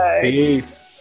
Peace